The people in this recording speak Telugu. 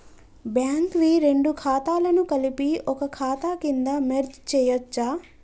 బ్యాంక్ వి రెండు ఖాతాలను కలిపి ఒక ఖాతా కింద మెర్జ్ చేయచ్చా?